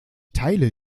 teile